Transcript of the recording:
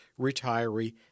retiree